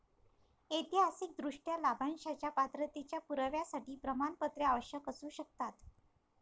ऐतिहासिकदृष्ट्या, लाभांशाच्या पात्रतेच्या पुराव्यासाठी प्रमाणपत्रे आवश्यक असू शकतात